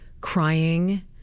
crying